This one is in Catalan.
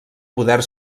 poder